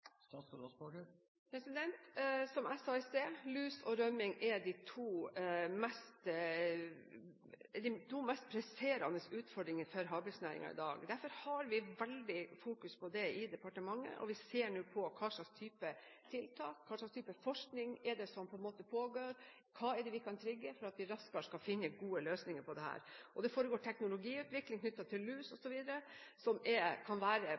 Som jeg sa i sted: Lus og rømming er de to mest presserende utfordringene for havbruksnæringen i dag. Derfor har vi veldig fokus på det i departementet, og vi ser nå på hva slags type tiltak vi kan sette i verk, hva slags type forskning som pågår, og hva vi kan trigge for at vi raskere kan finne gode løsninger på dette. Det foregår teknologiutvikling knyttet til lus osv. som kan være